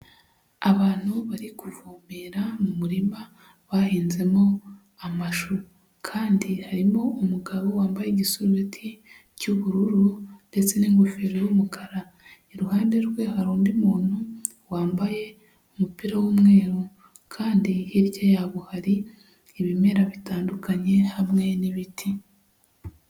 Abantu bari kuvomera mu murima bahinzemo amashu, kandi harimo umugabo wambaye igisurubeti cy'ubururu, ndetse n'ingofero y'umukara. Iruhande rwe hari undi muntu wambaye umupira w'umweru, kandi hirya yabo hari ibimera bitandukanye hamwe n'ibiti.